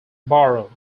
borough